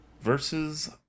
Versus